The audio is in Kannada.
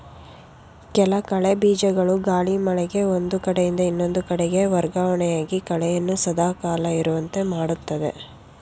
ಕೆಲ ಕಳೆ ಬೀಜಗಳು ಗಾಳಿ, ಮಳೆಗೆ ಒಂದು ಕಡೆಯಿಂದ ಇನ್ನೊಂದು ಕಡೆಗೆ ವರ್ಗವಣೆಯಾಗಿ ಕಳೆಯನ್ನು ಸದಾ ಕಾಲ ಇರುವಂತೆ ಮಾಡುತ್ತದೆ